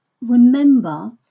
remember